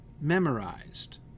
Memorized